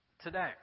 today